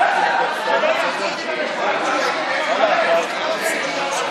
גם על ידי נציגי האופוזיציה ונציגי